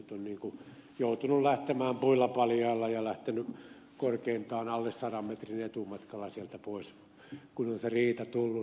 ihmiset ovat joutuneet lähtemään puilla paljailla ja korkeintaan alle sadan metrin etumatkalla sieltä pois kun on se riita tullut